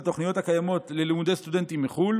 התוכניות הקיימות ללימודי סטודנטים מחו"ל